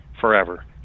forever